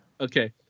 Okay